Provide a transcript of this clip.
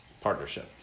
partnership